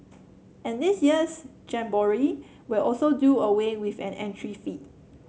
and this year's jamboree will also do away with an entry fee